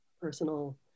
personal